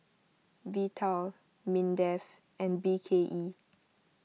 Vital Mindef and B K E